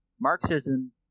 Marxism